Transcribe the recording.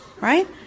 Right